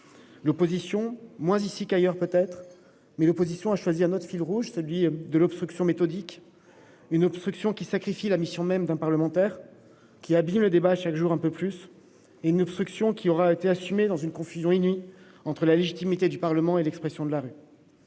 L'opposition, moins ici qu'ailleurs peut-être, a choisi un autre fil rouge : celui de l'obstruction méthodique, une obstruction qui sacrifie la mission même d'un parlementaire, qui abîme le débat chaque jour un peu plus, une obstruction, enfin, qui aura été assumée dans une confusion inouïe entre la légitimité du Parlement et l'expression de la rue.